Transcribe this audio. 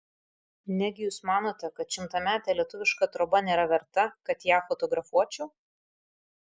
negi jūs manote kad šimtametė lietuviška troba nėra verta kad ją fotografuočiau